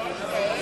לשנים